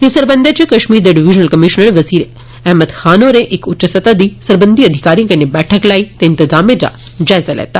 इस सरबंधै च कश्मीर दे डिविजनल कमीशनर बसीर अहम्मद खान होरें इक उच्च सतह दी सरबंधी अधिकारियें कन्नै बैठक लाई ते इंतजामें दा जायजा लैता